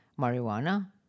marijuana